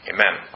Amen